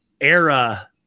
era